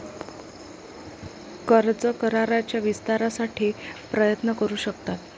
कर्ज कराराच्या विस्तारासाठी प्रयत्न करू शकतात